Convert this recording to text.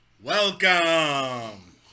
Welcome